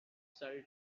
sell